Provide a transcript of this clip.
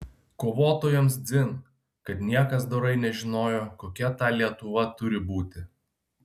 kovotojams dzin kad niekas dorai nežinojo kokia ta lietuva turi būti